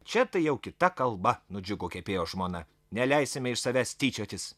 čia tai jau kita kalba nudžiugo kepėjo žmona neleisime iš savęs tyčiotis